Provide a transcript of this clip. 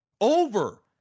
Over